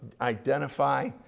identify